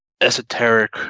esoteric